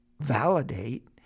Validate